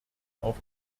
auf